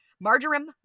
Marjoram